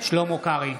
שלמה קרעי,